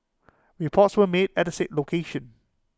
reports were made at the said location